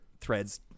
threads